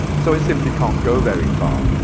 so it simply can't go very far.